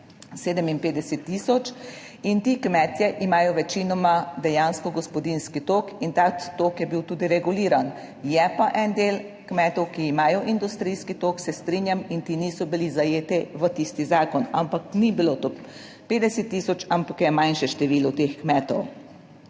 57 tisoč in ti kmetje imajo večinoma dejansko gospodinjski tok in ta tok je bil tudi reguliran, je pa en del kmetov, ki imajo industrijski tok, se strinjam in ti niso bili zajeti v tisti zakon, ampak ni bilo to 50 tisoč, ampak je manjše število teh kmetov.